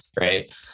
Right